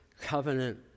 covenant